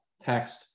text